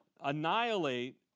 annihilate